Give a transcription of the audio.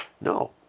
No